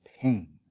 pain